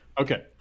okay